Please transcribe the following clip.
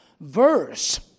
verse